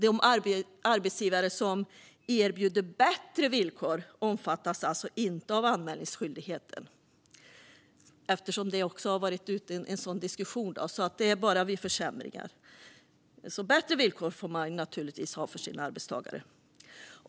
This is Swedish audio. De arbetsgivare som erbjuder bättre villkor omfattas alltså inte av anmälningsskyldigheten. En sådan diskussion har ju varit uppe. Men det gäller bara vid försämringar. Bättre villkor får man naturligtvis ha för sina arbetstagare.